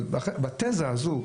אבל בתזה הזו,